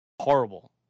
Horrible